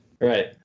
Right